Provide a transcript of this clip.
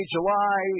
July